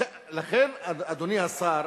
לכן, אדוני השר,